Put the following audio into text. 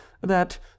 that